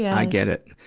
yeah i get it.